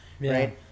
right